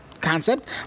concept